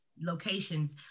locations